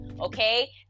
okay